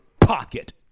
pocket